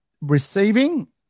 receiving